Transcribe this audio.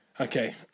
Okay